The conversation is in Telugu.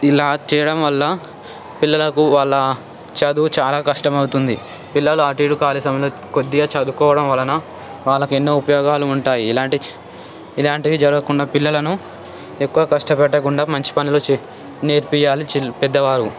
ఇలా చేయడం వల్ల పిల్లలకు వాళ్ళ చదువు చాలా కష్టం అవుతుంది పిల్లలు అటు ఇటు ఖాళీ సమయంలో కొద్దిగా చదువుకోవడం వలన వాళ్ళకు ఎన్నో ఉపయోగాలు ఉంటాయి ఇలాంటివి ఇలాంటివి జరగకుండా పిల్లలను ఎక్కువ కష్టపెట్టకుండా మంచి పనులు చె నేర్పించాలి పెద్దవారు